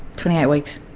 twenty eight weeks.